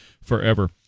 forever